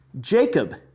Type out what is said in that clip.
Jacob